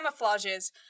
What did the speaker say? camouflages